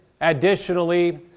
additionally